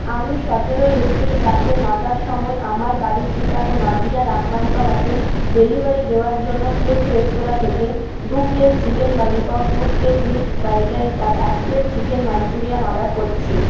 আমি সতেরোই এপ্রিল রাতে নটার সময় আমার বাড়ির ঠিকানা নডীয়ার রামবান পাড়াতে ডেলিভারি দেওয়ার জন্য ঠেক রেস্তোরা থেকে দু প্লেট চিকেন ললিপপ দু প্লেট মিক্সড ফ্রাইড রাইস আর এক প্লেট চিকেন মাঞ্চুরিয়ান অর্ডার করছি